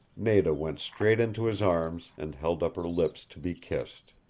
nada went straight into his arms and held up her lips to be kissed.